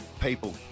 people